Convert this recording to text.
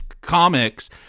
comics